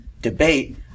debate